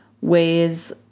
ways